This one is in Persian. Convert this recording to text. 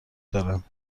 دارند